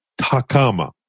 Takama